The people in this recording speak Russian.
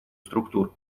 структур